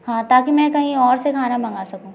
हाँ ताकि मैं कहीं और से खाना मंगा सकूँ